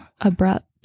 abrupt